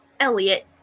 Elliot